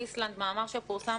באיסלנד, מאמר שפורסם